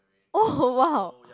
oh !wow!